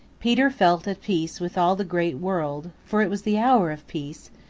peter felt at peace with all the great world, for it was the hour of peace,